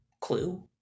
Clue